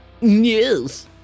Yes